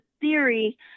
theory